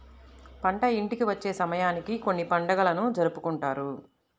పంట ఇంటికి వచ్చే సమయానికి కొన్ని పండుగలను జరుపుకుంటారు